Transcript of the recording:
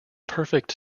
perfect